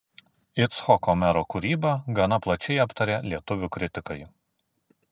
icchoko mero kūrybą gana plačiai aptarė lietuvių kritikai